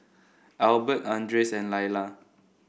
Albert Andres and Lyla